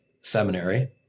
seminary